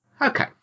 Okay